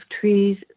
trees